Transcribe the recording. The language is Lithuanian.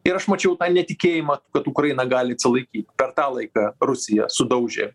ir aš mačiau netikėjimą kad ukraina gali atsilaikyt per tą laiką rusija sudaužė